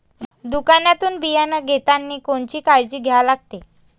दुकानातून बियानं घेतानी कोनची काळजी घ्या लागते?